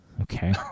Okay